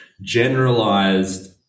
generalized